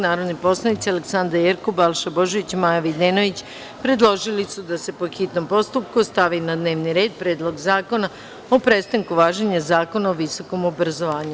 Narodni poslanici Aleksandra Jerkov, Balša Božović i Maja Videnović predložili su da se, po hitnom postupku, stavi na dnevni red Predlog zakona o prestanku važenja Zakona o visokom obrazovanju.